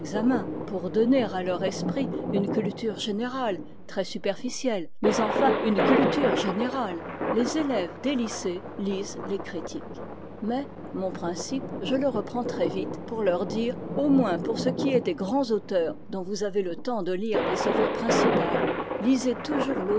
pour donner à leurs esprits une culture générale très superficielle mais enfin une culture générale les élèves des lycées lisent les critiques mais mon principe je le reprends très vite pour leur dire au moins pour ce qui est des grands auteurs dont vous avez le temps de lire les œuvres principales lisez toujours